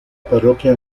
parroquia